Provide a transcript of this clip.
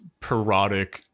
parodic